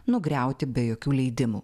nugriauti be jokių leidimų